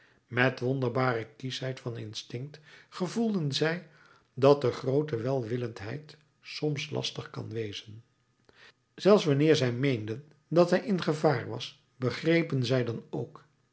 met wonderbare kieschheid van instinct gevoelden zij dat te groote welwillendheid soms lastig kan wezen zelfs wanneer zij meenden dat hij in gevaar was begrepen zij dan ook ik